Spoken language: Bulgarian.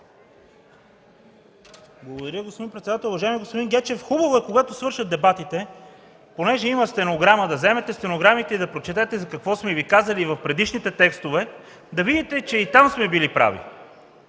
Благодаря, господин председател. Уважаеми господин Гечев, хубаво е, когато свършат дебатите, понеже има стенограма, да вземете стенограмите и да прочетете какво сме Ви казали по предишните текстове и да видите, че и там сме били прави,